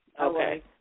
Okay